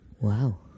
Wow